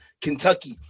Kentucky